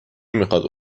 میخواد